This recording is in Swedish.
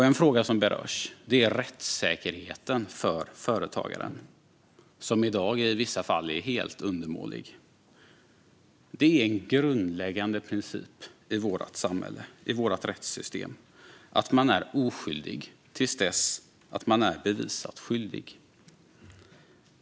En fråga som berörs är rättssäkerheten för företagaren som i dag i vissa fall är helt undermålig. Det är en grundläggande princip i vårt rättssystem att man är oskyldig till dess man är bevisat skyldig.